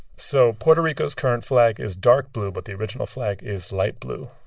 so puerto rico's current flag is dark blue, but the original flag is light blue.